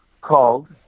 called